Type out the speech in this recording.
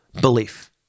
belief